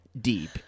deep